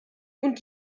und